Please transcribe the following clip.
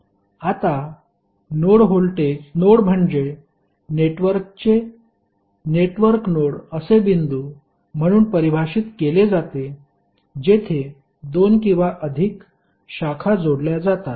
आता नोड म्हणजे नेटवर्कचे नेटवर्क नोड असे बिंदू म्हणून परिभाषित केले जाते जेथे दोन किंवा अधिक शाखा जोडल्या जातात